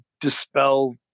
dispel